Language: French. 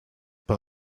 pas